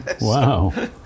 Wow